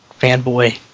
fanboy